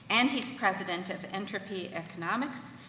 and he's president of entropy economics,